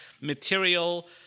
material